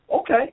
Okay